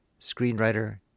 screenwriter